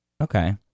Okay